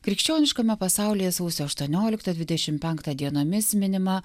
krikščioniškame pasaulyje sausio aštuonioliktą dvidešimt penktą dienomis minima